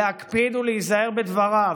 להקפיד להיזהר בדבריו,